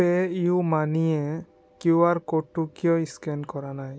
pay U মানিয়ে QR ক'ডটো কিয় স্কেন কৰা নাই